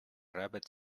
rabbit